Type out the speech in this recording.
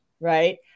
right